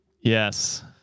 Yes